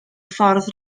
ffordd